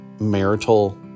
marital